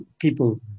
people